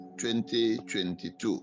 2022